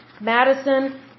Madison